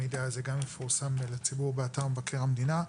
המידע הזה גם מפורסם לציבור באתר מבקר המדינה.